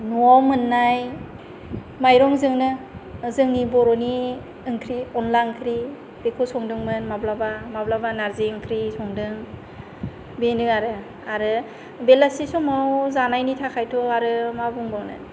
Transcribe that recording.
न'आव मोन्नाय माइरंजोंनो जोंनि बर'नि ओंख्रि अनला ओंख्रि बेखौ संदोंमोन माब्लाबा माब्लाबा नार्जि ओंख्रि संदों बेनो आरो आरो बेलासे समाव जानायनि थाखायथ' आरो मा बुंबावनो